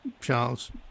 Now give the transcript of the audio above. Charles